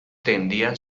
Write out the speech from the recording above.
tendían